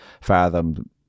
fathom